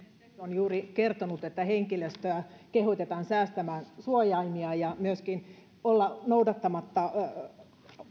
juuri kertonut että henkilöstöä kehotetaan säästämään suojaimia ja myöskin olemaan noudattamatta